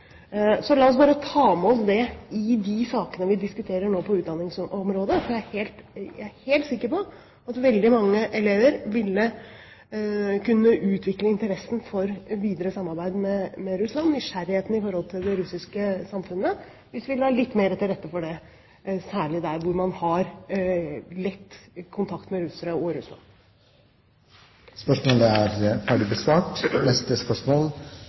Så la oss ta med oss det i de sakene vi nå diskuterer på utdanningsområdet, for jeg er helt sikker på at veldig mange elever vil kunne utvikle interessen for videre samarbeid med Russland og nysgjerrighet for det russiske samfunnet hvis vi la litt mer til rette for det, særlig der man har lett kontakt med russere og Russland. «De allierte kommer til Narvik 28. mai for å markere at det er